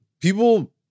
People